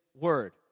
word